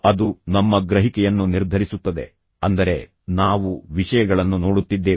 ಅದು ನಮ್ಮ ಗ್ರಹಿಕೆಯನ್ನು ನಿರ್ಧರಿಸುತ್ತದೆ ಅಂದರೆ ನಾವು ವಿಷಯಗಳನ್ನು ನೋಡುತ್ತಿದ್ದೇವೆ